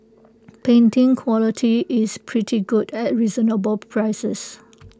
printing quality is pretty good at reasonable prices